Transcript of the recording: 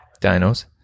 Dinos